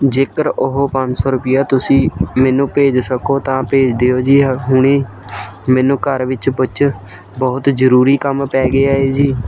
ਜੇਕਰ ਉਹ ਪੰਜ ਸੌ ਰੁਪਈਆ ਤੁਸੀਂ ਮੈਨੂੰ ਭੇਜ ਸਕੋ ਤਾਂ ਭੇਜ ਦਿਓ ਜੀ ਹੁਣੀ ਮੈਨੂੰ ਘਰ ਵਿੱਚ ਕੁਛ ਬਹੁਤ ਜ਼ਰੂਰੀ ਕੰਮ ਪੈ ਗਿਆ ਏ ਜੀ